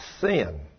sin